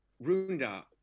Runda